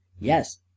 Yes